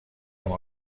amb